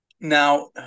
Now